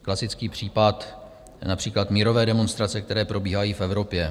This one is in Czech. Klasický případ například mírové demonstrace, které probíhají v Evropě.